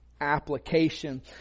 application